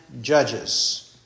judges